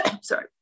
sorry